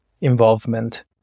involvement